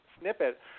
snippet